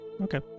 Okay